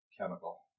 chemical